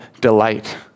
delight